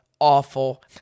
awful